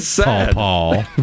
Paul